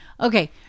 Okay